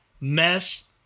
Mess